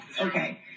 Okay